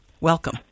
Welcome